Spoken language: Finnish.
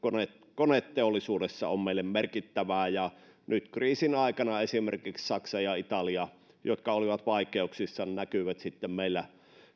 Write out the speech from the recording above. koneteollisuudessa on meille merkittävää nyt kriisin aikana esimerkiksi saksa ja italia jotka olivat vaikeuksissa näkyivät sitten meillä